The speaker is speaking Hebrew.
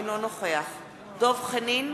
אינו נוכח דב חנין,